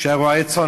כשהיה רועה צאן,